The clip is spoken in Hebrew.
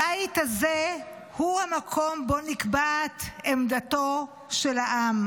הבית הזה הוא המקום שבו נקבעת עמדתו של העם.